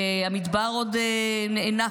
והמדבר עוד נאנק.